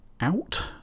out